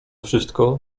wszystko